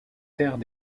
terres